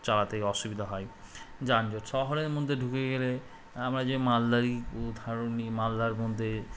চালাতে অসুবিধা হয় যানজট শহরের মধ্যে ঢুকে গেলে আমরা যে মালদারই উদাহরণ নিই মালদার মধ্যে